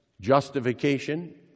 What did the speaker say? justification